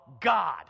God